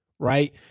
Right